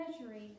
treasury